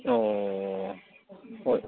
ꯑꯣ ꯍꯣꯏ